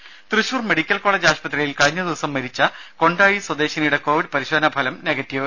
ദേദ Thrissur medical college ആശുപത്രിയിൽ കഴിഞ്ഞ ദിവസം മരിച്ച കൊണ്ടാഴി സ്വദേശിനിയുടെ കോവിഡ് പരിശോധനാ ഫലം നെഗറ്റീവ്